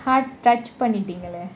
heart touch பண்ணிட்டிங்களே :panitingaley